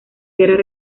guerras